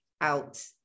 out